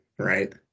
right